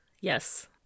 yes